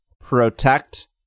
protect